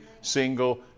single